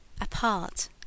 apart